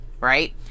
right